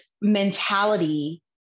mentality